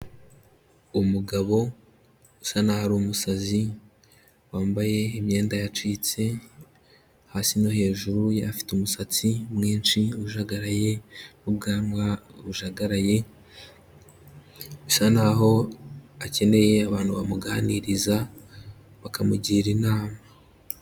Umugabo usa n'aho ari umusazi wambaye imyenda yacitse hasi no hejuru afite umusatsi mwinshi ujagaraye n'ubwanwa bujagaraye, bisa naho akeneye abantu bamuganiriza bakamugira inama.